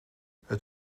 het